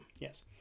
Yes